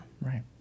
Right